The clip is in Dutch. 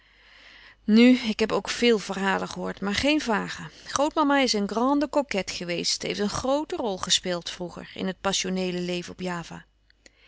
nu ik heb ook veel verhalen gehoord maar geen vage grootmama is een grande coquette geweest heeft een grote rol gespeeld vroeger in het passioneele leven op java